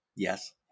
Yes